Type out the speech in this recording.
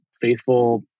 faithful